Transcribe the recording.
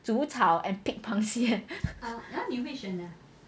煮炒 and pick 螃蟹